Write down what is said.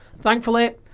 thankfully